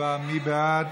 מי בעד